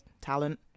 talent